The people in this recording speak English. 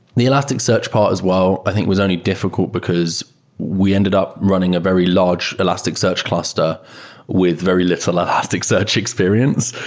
the elasticsearch part as well i think was only difficult because we ended up running a very large elasticsearch cluster with very little elasticsearch experience.